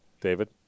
David